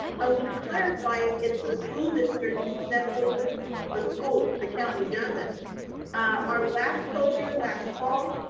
i wanna clarify. it's the school district that opens the school, the county doesn't our last closure last fall.